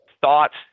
thoughts